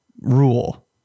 rule